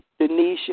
Denisha